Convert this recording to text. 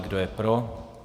Kdo je pro?